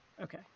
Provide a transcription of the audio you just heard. Okay